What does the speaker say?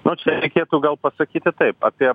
nu čia reikėtų gal pasakyti taip apie